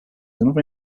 another